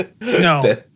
no